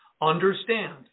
Understand